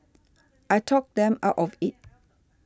I talked them out of it